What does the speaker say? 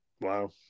wow